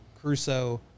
Crusoe